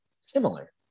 similar